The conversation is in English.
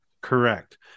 Correct